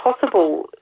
possible